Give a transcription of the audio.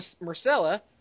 Marcella